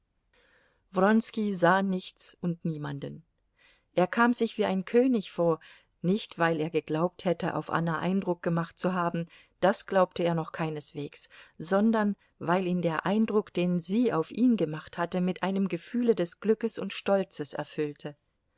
wronski sah nichts und niemanden er kam sich wie ein könig vor nicht weil er geglaubt hätte auf anna eindruck gemacht zu haben das glaubte er noch keineswegs sondern weil ihn der eindruck den sie auf ihn gemacht hatte mit einem gefühle des glückes und stolzes erfüllte